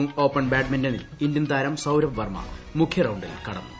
Hong Kong open ബാഡ്മിന്റണിൽ ഇന്ത്യൻതാരം സൌരഭ് വർമ മുഖ്യ റൌണ്ടിൽ കടന്നു